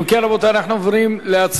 אם כן, רבותי, אנחנו עוברים להצבעה.